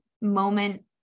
moment